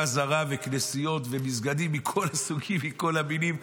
זרה וכנסיות ומסגדים מכל הסוגים ומכל המינים.